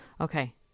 Okay